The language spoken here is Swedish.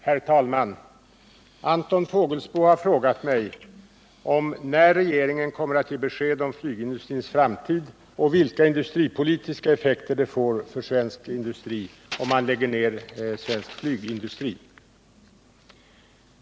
Herr talman! Anton Fågelsbo har frågat mig om när regeringen kommer att ge besked om flygindustrins framtid och vilka industripolitiska effekter det får för svensk industri om man lägger ner svensk flygindustri.